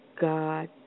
God